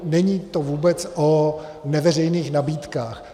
Není to vůbec o neveřejných nabídkách.